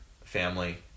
family